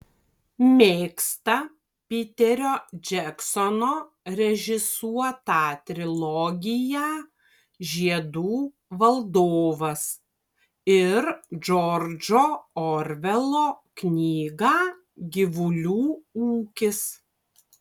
mėgsta piterio džeksono režisuotą trilogiją žiedų valdovas ir džordžo orvelo knygą gyvulių ūkis